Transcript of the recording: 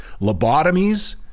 Lobotomies